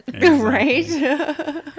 right